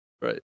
Right